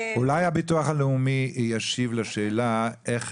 אולי הביטוח הלאומי ישיב לשאלה איך